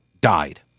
died